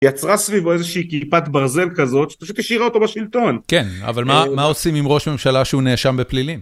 יצרה סביבו איזושהי כיפת ברזל כזאת שפשוט השאירה אותו בשלטון. כן, אבל מה עושים עם ראש ממשלה שהוא נאשם בפלילים?